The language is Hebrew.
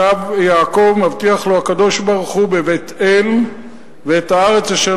כששב יעקב מבטיח לו הקדוש-ברוך-הוא בבית-אל: ואת הארץ אשר